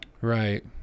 Right